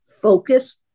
focus